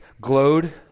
glowed